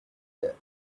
there